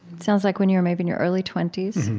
sounds like when you were maybe in your early twenty s,